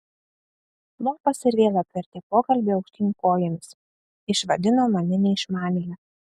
lopas ir vėl apvertė pokalbį aukštyn kojomis išvadino mane neišmanėle